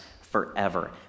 forever